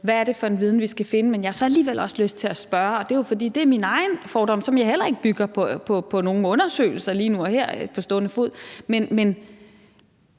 Hvad er det for en viden, vi skal finde? Men jeg har så alligevel også lyst til at spørge – og det er jo, fordi det er min egen fordom, som jeg heller ikke bygger på nogen undersøgelser lige nu og her på stående fod –